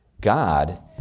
God